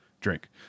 Drink